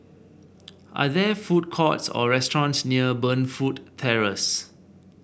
are there food courts or restaurants near Burnfoot Terrace